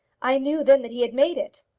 i knew then that he had made it.